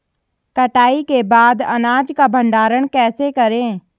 कटाई के बाद अनाज का भंडारण कैसे करें?